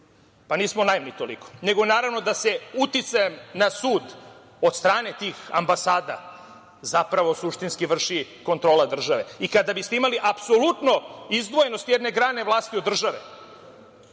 pa nismo naivni toliko. Naravno da se uticajem na sud od strane tih ambasada zapravo suštinski vrši kontrola države i kada biste imali apsolutno izdvojenost jedne grane vlasti od države,